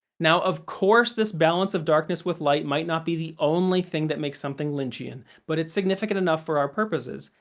now, of course this balance of darkness with light might not be the only thing that makes something lynchian, but it's significant enough for our purposes,